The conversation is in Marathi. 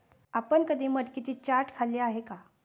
आपण कधी मटकीची चाट खाल्ली आहे का?